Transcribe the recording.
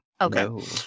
Okay